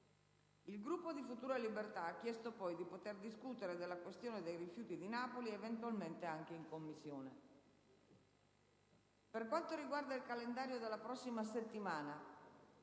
Il Gruppo di Futuro e Libertà ha chiesto poi di poter discutere della questione dei rifiuti a Napoli, eventualmente anche in Commissione. Per quanto riguarda il calendario della prossima settimana,